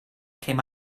came